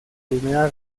primera